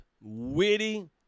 witty